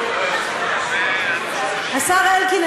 השר אלקין,